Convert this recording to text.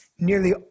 nearly